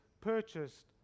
purchased